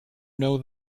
know